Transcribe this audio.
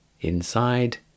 Inside